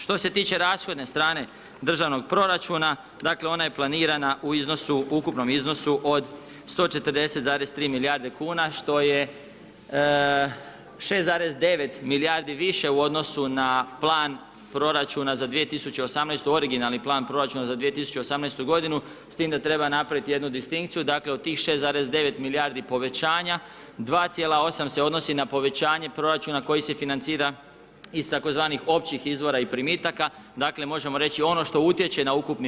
Što se tiče rashodne strane državnog proračuna, dakle ona je planirana u iznosu, ukupnom iznosu od 140,3 milijarde kuna što je 6,9 milijardi više u odnosu na plan proračuna za 2018. originalni plan proračuna za 2018. godinu s tim da treba napraviti jednu distinkciju, dakle u tih 6,9 milijardi povećanja 2,8 se odnosi na povećanje proračuna koji se financira iz tzv. općih izvora i primitaka dakle možemo reći ono što utječe na ukupni rezultat.